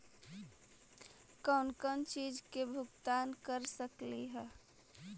कौन कौन चिज के भुगतान कर सकली हे?